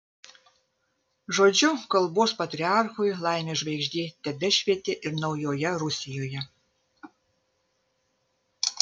žodžiu kalbos patriarchui laimės žvaigždė tebešvietė ir naujoje rusijoje